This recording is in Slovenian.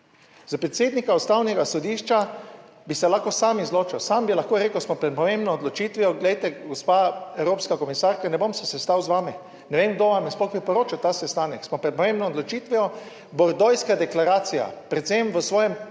Za predsednika Ustavnega sodišča bi se lahko sam izločil, sam bi lahko rekel smo pred pomembno odločitvijo, glejte, gospa evropska komisarka in ne bom se sestal z vami, ne vem kdo vam je sploh priporočil ta sestanek smo pred pomembno odločitvijo. Bordojska deklaracija predvsem v svojem